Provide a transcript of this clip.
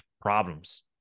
problems